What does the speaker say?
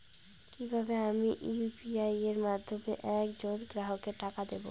কিভাবে আমি ইউ.পি.আই এর মাধ্যমে এক জন গ্রাহককে টাকা দেবো?